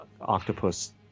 octopus